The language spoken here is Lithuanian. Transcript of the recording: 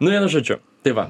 nu vienu žodžiu tai va